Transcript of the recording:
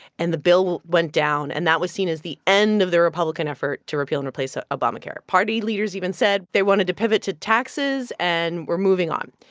and the bill went down. and that was seen as the end of the republican effort to repeal and replace ah obamacare. party leaders even said they wanted to pivot to taxes and we're moving on.